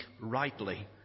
rightly